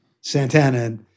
Santana